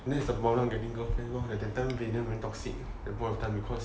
that's the problem getting girlfriend lor like that time valen very toxic at point of time because